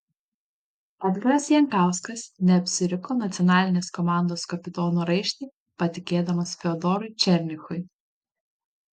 edgaras jankauskas neapsiriko nacionalinės komandos kapitono raištį patikėdamas fiodorui černychui